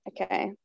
okay